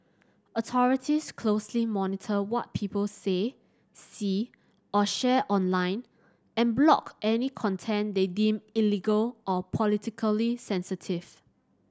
authorities closely monitor what people say see or share online and block any content they deem illegal or politically sensitive